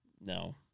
No